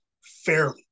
fairly